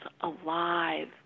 alive